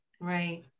Right